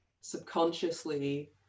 subconsciously